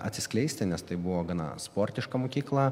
atsiskleisti nes tai buvo gana sportiška mokykla